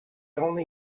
only